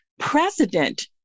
president